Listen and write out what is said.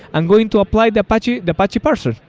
i'm going to apply the apache the apache parses.